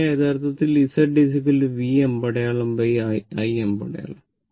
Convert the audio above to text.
അതിനാൽ യഥാർത്ഥത്തിൽ Z V അമ്പടയാളം I അമ്പടയാളം